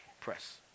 Press